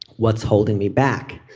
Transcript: what's holding me back.